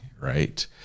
right